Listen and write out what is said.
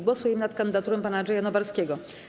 Głosujemy nad kandydaturą pana Andrzeja Nowarskiego.